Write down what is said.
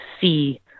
see